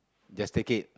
just take it